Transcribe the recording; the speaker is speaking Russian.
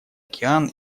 океан